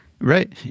Right